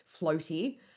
floaty